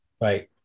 Right